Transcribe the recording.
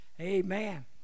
Amen